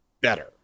better